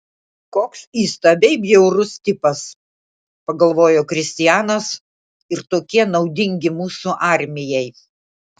koks įstabiai bjaurus tipas pagalvojo kristianas ir tokie naudingi mūsų armijai